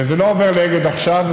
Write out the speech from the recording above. וזה לא עובר לאגד עכשיו,